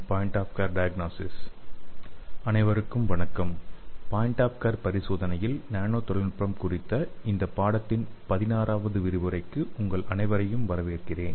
point of care பரிசோதனையில் nano தொழில்நுட்பம் அனைவருக்கும் வணக்கம் பாயிண்ட் ஆஃப் கேர் பரிசோதனையில் நானோ தொழில்நுட்பம் குறித்த இந்த பாடத்தின் 16 வது விரிவுரைக்கு உங்கள் அனைவரையும் வரவேற்கிறேன்